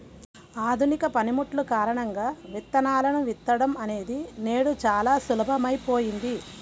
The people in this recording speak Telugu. ఆధునిక పనిముట్లు కారణంగా విత్తనాలను విత్తడం అనేది నేడు చాలా సులభమైపోయింది